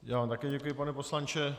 Já vám také děkuji, pane poslanče.